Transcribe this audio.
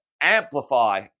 amplify